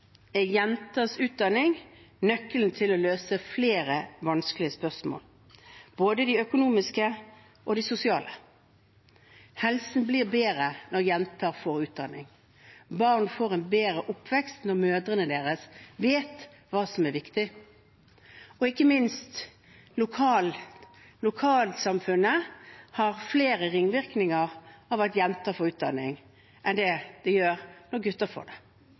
utdanning nøkkelen til å løse flere vanskelige spørsmål, både de økonomiske og de sosiale. Helsen blir bedre når jenter får utdanning. Barn får en bedre oppvekst når mødrene deres vet hva som er viktig, og ikke minst får lokalsamfunnet flere ringvirkninger av at jenter får utdanning, enn det gjør når gutter får det,